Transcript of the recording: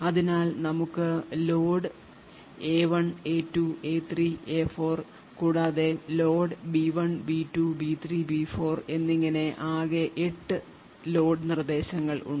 അതിനാൽ നമുക്ക് load A1 A2 A3 A4 കൂടാതെ load B1 B2 B3 B4 എന്നിങ്ങനെ ആകെ എട്ട് ലോഡ് നിർദ്ദേശങ്ങൾ ഉണ്ട്